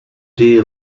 dear